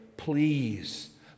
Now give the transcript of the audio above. Please